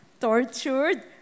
tortured